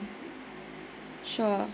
sure